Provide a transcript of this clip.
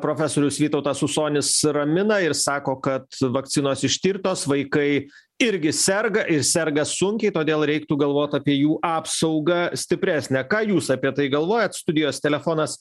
profesorius vytautas usonis ramina ir sako kad vakcinos ištirtos vaikai irgi serga ir serga sunkiai todėl reiktų galvot apie jų apsaugą stipresną ką jūs apie tai galvojat studijos telefonas